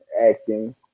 acting